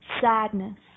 sadness